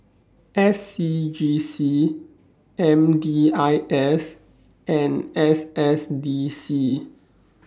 S C G C M D I S and S S D C